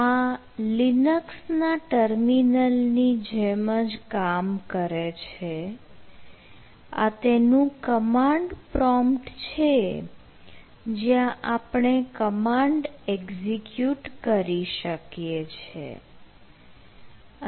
આ linux ના terminal ની જેમ જ કામ કરે છે આ તેનું કમાન્ડ પ્રોમ્પ્ટ છે જ્યાં આપણે કમાન્ડ એક્ઝિક્યુટ કરી શકીએ છીએ